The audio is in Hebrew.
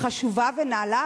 חשובה ונעלה,